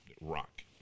rock